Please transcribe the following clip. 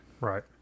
Right